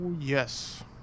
yes